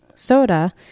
soda